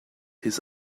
his